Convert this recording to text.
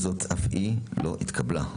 הצבעה ההסתייגות לא נתקבלה ההסתייגות לא התקבלה.